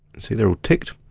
and see they're all ticked.